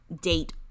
date